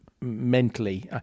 mentally